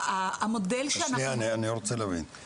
אני רוצה להבין,